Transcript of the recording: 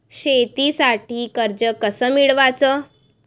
शेतीसाठी कर्ज कस मिळवाच?